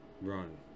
run